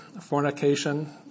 fornication